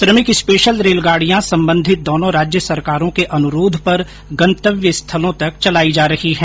श्रमिक स्पेशल रेलगाड़ियां संबंधित दोनों राज्य सरकारों के अनुरोध पर गंतव्य स्थलों तक चलाई जा रही हैं